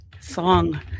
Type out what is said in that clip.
song